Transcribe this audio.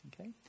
Okay